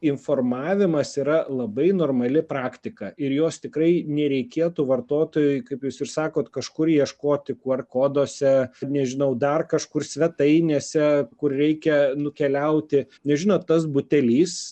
informavimas yra labai normali praktika ir jos tikrai nereikėtų vartotojui kaip jūs ir sakot kažkur ieškoti qr koduose nežinau dar kažkur svetainėse kur reikia nukeliauti nes žinot tas butelys